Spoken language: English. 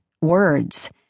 Words